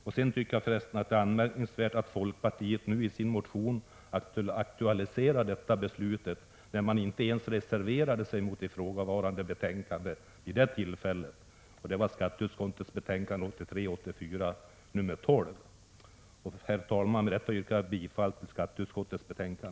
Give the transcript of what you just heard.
För övrigt anser jag det anmärkningsvärt att folkpartiet nu i sin motion aktualiserar detta beslut, när man inte ens reserverade sig i ifrågavarande betänkande . Herr talman! Med det anförda yrkar jag bifall till skatteutskottets hemställan.